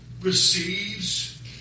receives